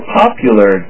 popular